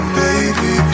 baby